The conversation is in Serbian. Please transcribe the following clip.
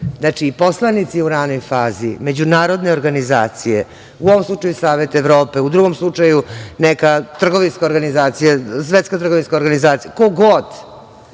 poslanici u ranoj fazi, međunarodne organizacije, a u ovom slučaju Savet Evrope, a u drugom slučaju neka trgovinska organizacija, Svetska trgovinska organizacija, ko god,